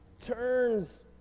turns